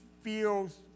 feels